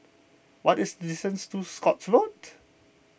what is to Scotts Road